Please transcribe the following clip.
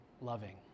loving